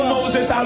Moses